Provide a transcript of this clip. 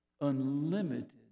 Unlimited